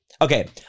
Okay